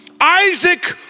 Isaac